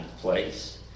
place